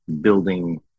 building